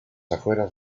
afueras